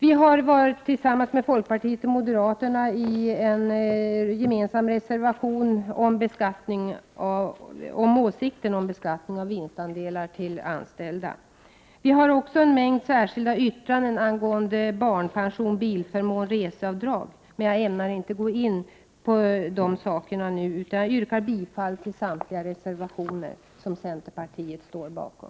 I en reservation tillsammans med folkpartiet och moderaterna ger vi uttryck för vår gemensamma åsikt om beskattningen av anställdas vinstandelar. Vi har också en mängd särskilda yttranden angående barnpension, bilförmån och reseavdrag. Men jag ämnar inte gå in på de sakerna nu, utan yrkar bifall till samtliga reservationer som centerpartiet står bakom.